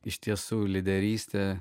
iš tiesų lyderystė